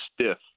stiff